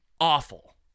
awful